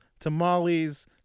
tamales